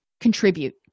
contribute